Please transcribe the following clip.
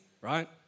right